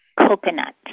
coconut